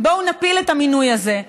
בואו נפיל את המינוי הזה,